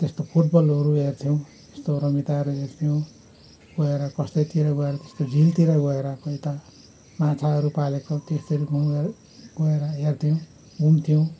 त्यस्तो फुटबलहोरू हेर्थ्यौँ त्यस्तो रमिताहरू हेर्थ्यौँ गएर कस्तैतिर गएर त्यस्तो झिलतिर गएर कोही ता माछाहरू पालेको त्यस्तोहरू घुमेर गएर हेर्थ्यौँ घुम्थ्यौँ